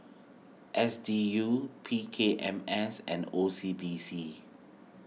S D U P K M S and O C B C